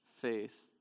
faith